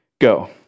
go